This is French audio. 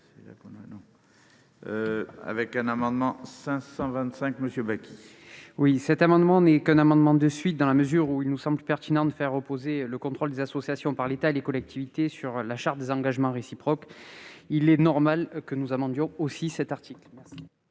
: La parole est à M. Jean Bacci. Il s'agit d'un amendement de suite. Dans la mesure où il nous semble plus pertinent de faire reposer le contrôle des associations par l'État et les collectivités sur la charte des engagements réciproques, il est normal que nous amendions aussi cet article.